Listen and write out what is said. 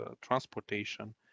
transportation